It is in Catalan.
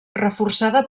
reforçada